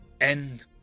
End